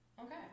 Okay